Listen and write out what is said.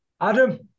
Adam